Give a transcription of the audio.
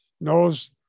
knows